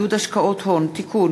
הצעת חוק לעידוד השקעות הון (תיקון,